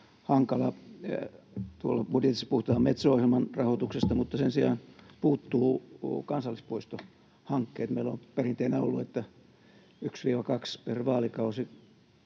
Tuolla budjetissa puhutaan Metso-ohjelman rahoituksesta, mutta sen sijaan puuttuu kansallispuistohankkeet. Meillä on perinteenä ollut, että 1—2 per vaalikausi